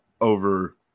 over